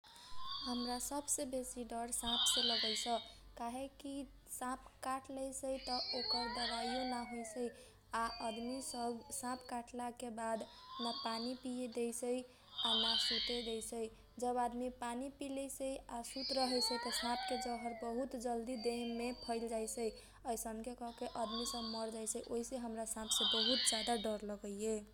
हमरा सबसे बेसी डर सापसे लगैस काहेकी साप काट लैसै त ओकर दबाइयो नहोइसै आ अदमी सब साप काटलाके बाद न पानी पिए दैसै आ न सुते दैसै जब अदमी पानी पिलैसै आ सुत रहैसै त सापके जहर बहुत जलदी देहमे फैल जैसै अइसनके करके अदमी सब मर जैसै ओइसे हमरा सापसे बहुत जादा डर लगैए।